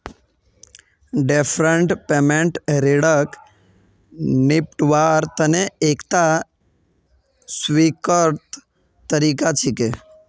deferred payment ऋणक निपटव्वार तने एकता स्वीकृत तरीका छिके